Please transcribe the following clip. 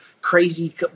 crazy